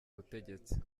butegetsi